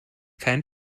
kein